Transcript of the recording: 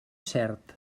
cert